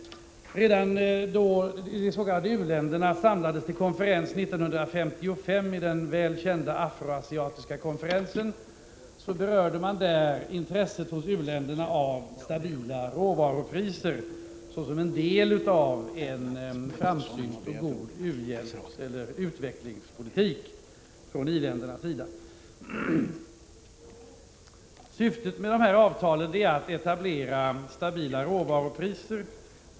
Redan då de s.k. u-länderna 1955 samlades i den välkända afro-asiatiska konferensen berörde man u-ländernas intresse av stabila råvarupriser såsom en del av en framsynt och god u-hjälpseller utvecklingspolitik från i-ländernas sida. Syftet med dessa avtal är att etablera stabila råvarupriser.